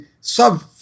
sub